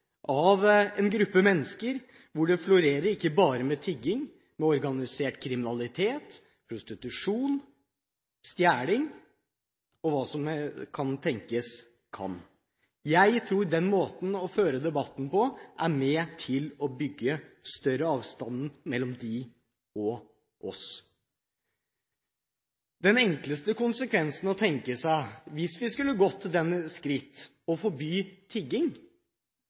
av en gruppe mennesker hvor det florerer, ikke bare av tigging, men av organisert kriminalitet, prostitusjon, stjeling, og hva som tenkes kan. Jeg tror den måten å føre debatten på er med på å bygge større avstand mellom dem og oss. Den enkleste konsekvensen man kan tenke seg, hvis vi skulle gått til det skritt å forby tigging,